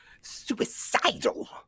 Suicidal